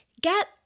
get